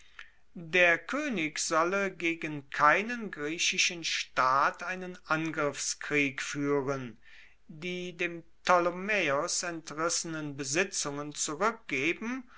der koenig solle gegen keinen griechischen staat einen angriffskrieg fuehren die dem ptolemaeos entrissenen besitzungen zurueckgeben